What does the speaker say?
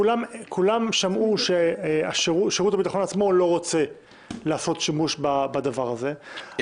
כולם שמעו שהשב"כ עצמו לא רוצה לעשות שימוש בדבר הזה,